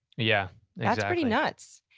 yeah that's pretty nuts!